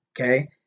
Okay